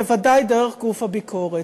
אז בוודאי דרך גוף הביקורת.